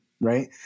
right